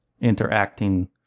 interacting